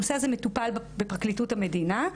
הנושא הזה מטופל בפרקליטות המדינה.